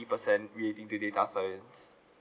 percent relating to data science